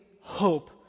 hope